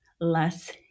less